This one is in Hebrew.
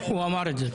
הוא אמר את זה.